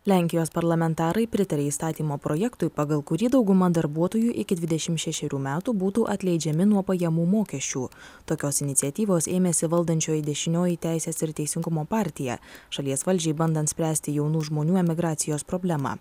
lenkijos parlamentarai pritarė įstatymo projektui pagal kurį dauguma darbuotojų iki dvidešim šešerių metų būtų atleidžiami nuo pajamų mokesčių tokios iniciatyvos ėmėsi valdančioji dešinioji teisės ir teisingumo partija šalies valdžiai bandant spręsti jaunų žmonių emigracijos problemą